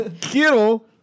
kill